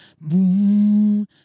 boom